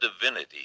divinity